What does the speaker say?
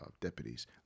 deputies